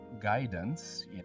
guidance